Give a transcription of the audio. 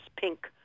Pink